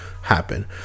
happen